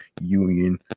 Union